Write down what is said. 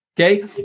Okay